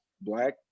black